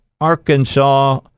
Arkansas